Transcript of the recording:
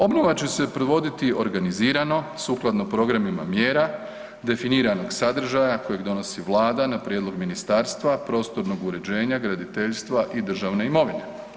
Obnova će se provoditi organizirano sukladno programima mjera, definiranog sadržaja kojeg donosi Vlada na prijedlog Ministarstva prostornog uređenja, graditeljstva i državne imovine.